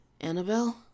Annabelle